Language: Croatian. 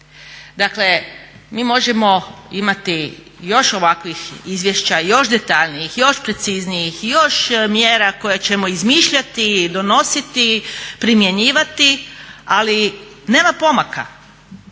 Dakle, mi možemo imati još ovakvih izvješća, još detaljnijih, još preciznijih, još mjera koje ćemo izmišljati, donositi, primjenjivati ali nema pomaka.